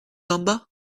number